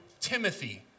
Timothy